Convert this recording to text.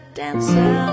dancer